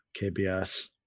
KBS